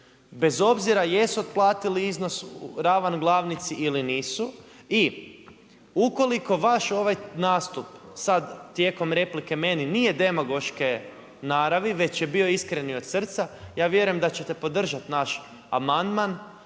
Bez obzira jesu otplatili iznos ravan glavnici ili nisu. I ukoliko vaš ovaj nastup sad tijekom replike meni nije demagoške naravi, već je bio iskren i od srca, ja vjerujem da ćete podržati naš amandman,